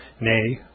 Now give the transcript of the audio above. nay